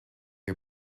are